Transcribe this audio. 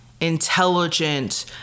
intelligent